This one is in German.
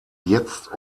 jetzt